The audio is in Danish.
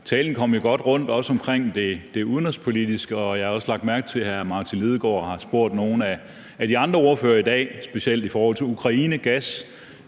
Talen kom godt rundt også om det udenrigspolitiske, og jeg har også lagt mærke til, at hr. Martin Lidegaard har spurgt nogle af de andre ordførere i dag, specielt i forhold til Ukraine